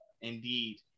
Indeed